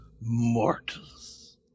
mortals